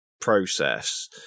process